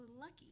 lucky